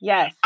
Yes